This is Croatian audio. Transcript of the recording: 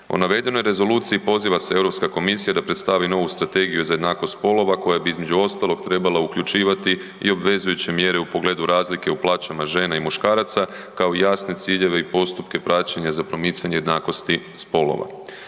O navedenoj rezoluciji poziva se Europska komisija da predstavi novu strategiju za jednakost spolova koja bi između ostalog trebala uključivati i obvezujuće mjere u pogledu razlike u plaćama žena i muškaraca kao jasne ciljeve i postupke praćenja za promicanje jednakosti spolova.